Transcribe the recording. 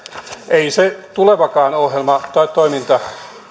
ei se tulevakaan ohjelma tai toiminta